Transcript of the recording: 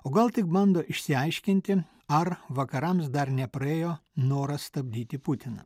o gal tik bando išsiaiškinti ar vakarams dar nepraėjo noras stabdyti putiną